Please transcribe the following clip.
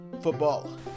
Football